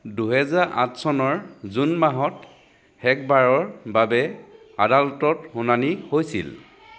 দুহেজাৰ আঠ চনৰ জুন মাহত শেষবাৰৰ বাবে আদালতত শুনানি হৈছিল